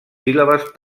síl·labes